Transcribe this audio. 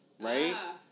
right